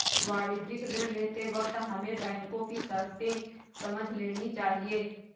वाणिज्यिक ऋण लेते वक्त हमें बैंको की शर्तें समझ लेनी चाहिए